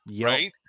Right